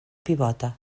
pivota